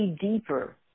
deeper